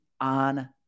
on